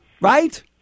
Right